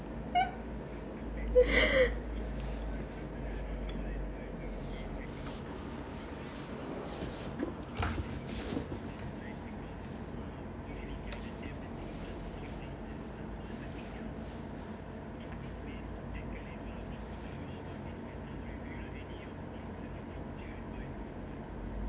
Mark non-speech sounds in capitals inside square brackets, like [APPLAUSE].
[LAUGHS] [BREATH]